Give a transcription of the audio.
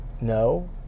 No